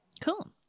Cool